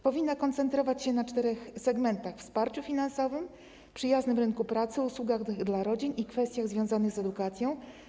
Powinna koncentrować się na czterech segmentach: wsparciu finansowym, przyjaznym rynku pracy, usługach dla rodzin i kwestiach związanych z edukacją.